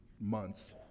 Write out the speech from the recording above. months